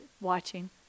watching